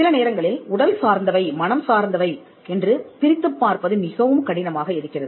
சில நேரங்களில் உடல் சார்ந்தவை மனம் சார்ந்தவை என்று பிரித்துப் பார்ப்பது மிகவும் கடினமாக இருக்கிறது